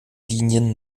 linien